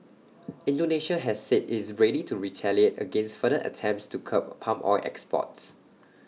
Indonesia has said IT is ready to retaliate against further attempts to curb palm oil exports